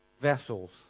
vessels